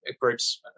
groups